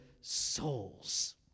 souls